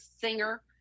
singer